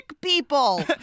people